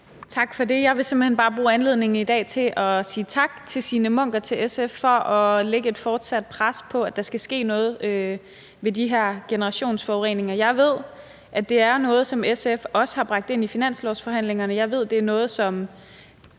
Tak for det. Jeg vil simpelt hen bare bruge anledningen i dag til at sige tak til Signe Munk og til SF for at lægge et fortsat pres på, at der skal ske noget med de her generationsforureninger. Jeg ved, at det er noget, som SF også har bragt ind i finanslovsforhandlingerne. Jeg ved, det er noget, som